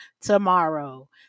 tomorrow